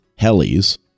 helis